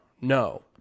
No